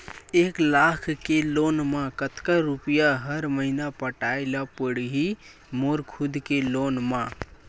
एक लाख के लोन मा कतका रुपिया हर महीना पटाय ला पढ़ही मोर खुद ले लोन मा?